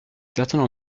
certaine